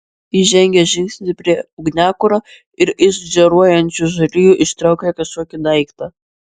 jis žengė žingsnį prie ugniakuro ir iš žėruojančių žarijų ištraukė kažkokį daiktą